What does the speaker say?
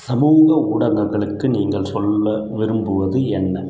சமூக ஊடகங்களுக்கு நீங்கள் சொல்ல விரும்புவது என்ன